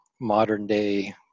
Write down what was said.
modern-day